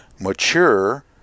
mature